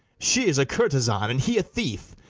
she is a courtezan, and he a thief,